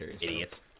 idiots